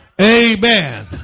amen